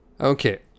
Okay